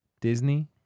Disney